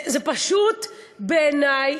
זה פשוט בעיני,